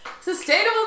Sustainable